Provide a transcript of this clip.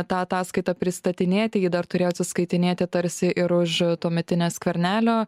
tą ataskaitą pristatinėti ji dar turėjo atsiskaitinėti tarsi ir už tuometinę skvernelio